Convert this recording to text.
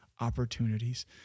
opportunities